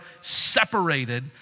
separated